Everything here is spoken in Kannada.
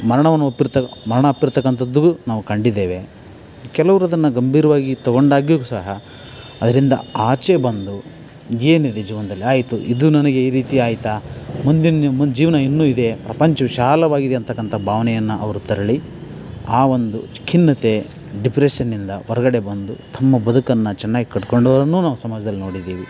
ಮರಣವನ್ನು ಒಪ್ಪಿರತ ಮರಣ ಅಪ್ಪಿರತಕ್ಕಂತದ್ದು ನಾವು ಕಂಡಿದ್ದೇವೆ ಕೆಲವ್ರದನ್ನು ಗಂಭೀರವಾಗಿ ತಗೊಂಡಾಗಿಯೂ ಸಹ ಅದರಿಂದ ಆಚೆ ಬಂದು ಏನಿದೆ ಜೀವನದಲ್ಲಿ ಆಯಿತು ಇದು ನನಗೆ ಈ ರೀತಿ ಆಯಿತಾ ಮುಂದಿನ ನಿಮ್ಮ ಜೀವನ ಇನ್ನು ಇದೆ ಪ್ರಪಂಚ ವಿಶಾಲವಾಗಿದೆ ಅಂತಕ್ಕಂತ ಭಾವನೆಯನ್ನ ಅವರು ತೆರಳಿ ಆ ಒಂದು ಖಿನ್ನತೆ ಡಿಪ್ರೆಶನ್ನಿಂದ ಹೊರಗಡೆ ಬಂದು ತಮ್ಮ ಬದುಕನ್ನು ಚೆನ್ನಾಗಿ ಕಟ್ಟುಕೊಂಡವ್ರನ್ನೂ ನಾವು ಸಮಾಜದಲ್ಲಿ ನೋಡಿದ್ದೀವಿ